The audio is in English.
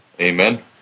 amen